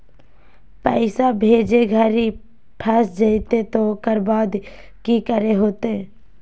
पैसा भेजे घरी फस जयते तो ओकर बाद की करे होते?